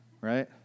Right